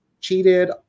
cheated